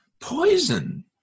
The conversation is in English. poison